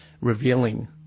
revealing